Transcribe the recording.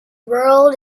world